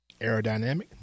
aerodynamic